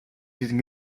diesen